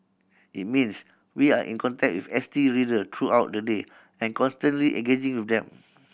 it means we are in contact with S T reader throughout the day and constantly engaging with them